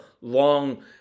long